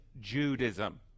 Judaism